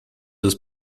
des